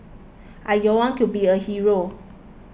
I don't want to be a hero